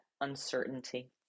uncertainty